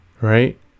Right